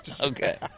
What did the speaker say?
okay